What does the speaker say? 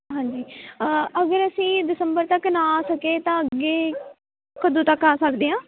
ਹਾਂਜੀ ਅਗਰ ਅਸੀਂ ਦਸੰਬਰ ਤੱਕ ਨਾ ਸਕੇ ਤਾਂ ਅੱਗੇ ਕਦੋਂ ਤੱਕ ਆ ਸਕਦੇ ਹਾਂ